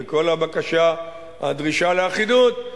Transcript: וכל הדרישה לאחידות,